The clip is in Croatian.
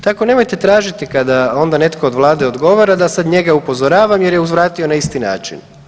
Tako nemojte tražiti kada onda netko od vlade odgovora da sad njega upozoravam jer je uzvratio na isti način.